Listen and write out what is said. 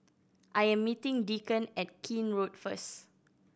I am meeting Deacon at Keene Road first